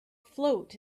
float